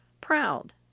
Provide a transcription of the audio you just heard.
proud